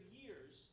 years